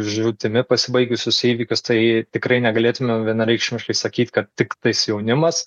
žūtimi pasibaigusius įvykius tai tikrai negalėtumėm vienareikšmiškai sakyt kad tiktais jaunimas